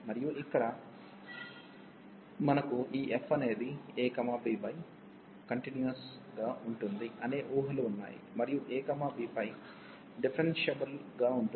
మరియు ఇక్కడ మనకు ఈ f అనేది ab పై కంటిన్యూయస్ గా ఉంటుంది అనే ఊహలు ఉన్నాయి మరియు ab పై డిఫరెన్షియేబుల్ గా ఉంటుంది